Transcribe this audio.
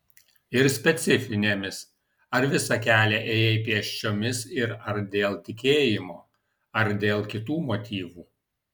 ir specifinėmis ar visą kelią ėjai pėsčiomis ir ar dėl tikėjimo ar dėl kitų motyvų